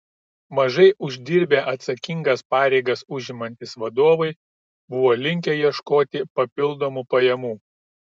mažai uždirbę atsakingas pareigas užimantys vadovai buvo linkę ieškoti papildomų pajamų